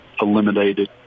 eliminated